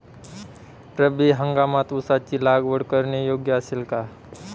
रब्बी हंगामात ऊसाची लागवड करणे योग्य असेल का?